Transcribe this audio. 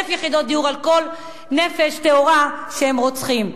1,000 יחידות דיור על כל נפש טהורה שהם רוצחים.